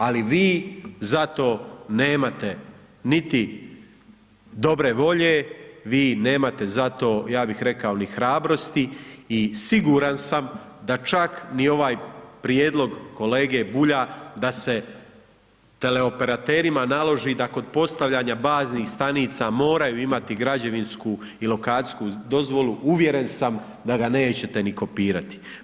Ali vi za to nemate niti dobre volje, vi nemate za to ja bih rekao ni hrabrosti i siguran sam da čak ni ovaj prijedlog kolege Bulja, da se teleoperaterima naloži da kod postavljanja baznih stanica moraju imati građevinsku i lokacijsku dozvolu uvjeren sam da ga nećete ni kopirati.